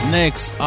next